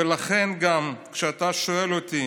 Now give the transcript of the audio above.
ולכן, גם כשאתה שואל אותי